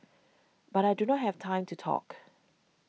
but I do not have time to talk